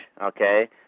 okay